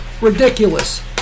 Ridiculous